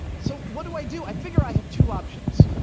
so what do i do? i figure i have two options.